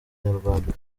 nyarwanda